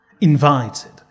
invited